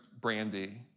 brandy